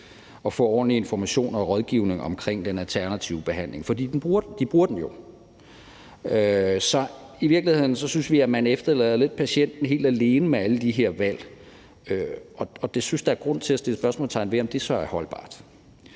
og få ordentlig information og rådgivning omkring den alternative behandling. For de bruger den jo. Så i virkeligheden synes vi, at man lidt efterlader patienten helt alene med alle de her valg, og jeg synes, der er grund til at sætte spørgsmålstegn ved, om det så er holdbart.